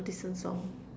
listen song